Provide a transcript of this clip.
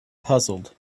puzzled